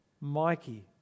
Mikey